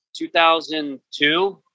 2002